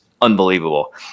unbelievable